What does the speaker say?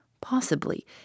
Possibly